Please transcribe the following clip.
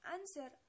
Answer